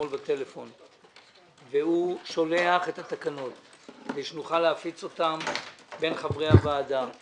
אומר ואני חושב שחלק מהדברים גם נכונים אז אנחנו נישאר עם ההודעה שלך.